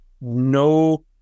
no